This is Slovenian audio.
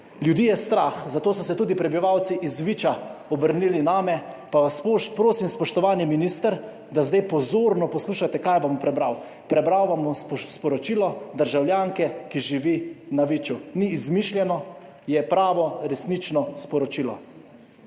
Ljudi je strah, zato so se tudi prebivalci iz Viča obrnili name, pa vas prosim, spoštovani minister, da zdaj pozorno poslušate, kaj bom prebral. Prebral vam bom sporočilo državljanke, ki živi na Viču. Ni izmišljeno, je pravo, resnično sporočilo.